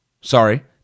Sorry